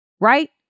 right